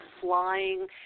flying